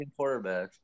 quarterbacks